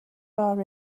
our